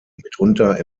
mitunter